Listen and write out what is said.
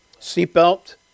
seatbelt